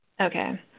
Okay